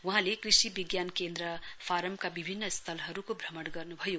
वहाँले कृषि विज्ञान केन्द्र फारमका विभिन्न स्थलहरूको भ्रमण गर्नुभयो